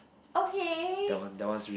okay